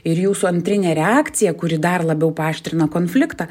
ir jūsų antrinė reakcija kuri dar labiau paaštrina konfliktą